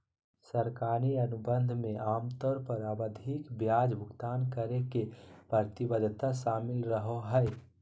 सरकारी अनुबंध मे आमतौर पर आवधिक ब्याज भुगतान करे के प्रतिबद्धता शामिल रहो हय